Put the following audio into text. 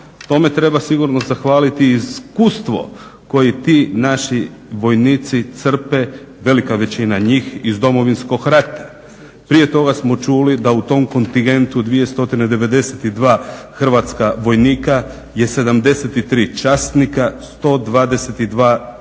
Tome treba sigurno zahvaliti i iskustvo koje ti naši vojnici crpe, velika većina njih, iz Domovinskog rata. Prije toga smo čuli da u tom kontingentu od 292 hrvatska vojnika je 73 časnika, 122 dočasnika